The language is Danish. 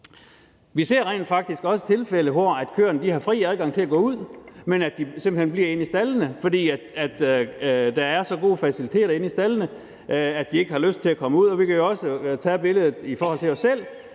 Vi ser rent faktisk også tilfælde, hvor køerne har fri adgang til at gå ud, men at de simpelt hen bliver inde i staldene, fordi der er så gode faciliteter inde i staldene, at de ikke har lyst til at komme ud, og vi kan jo også tage billedet i forhold til os selv,